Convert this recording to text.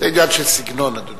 זה עניין של סגנון, אדוני.